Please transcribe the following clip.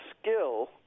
skill